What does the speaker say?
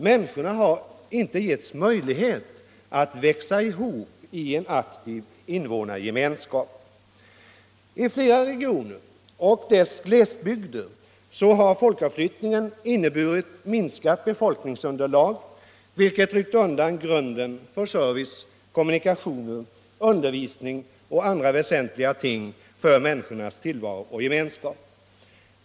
Människorna har inte getts möjlighet att växa ihop i en aktiv invånargemenskap. I flera regioner och deras glesbygder har folkavflyttningen inneburit minskat befolkningsunderlag, vilket ryckt undan grunden för service, kommunikationer, undervisning och andra väsentliga ting för människornas tillvaro och gemenskap.